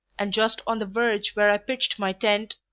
and just on the verge where i pitched my tent,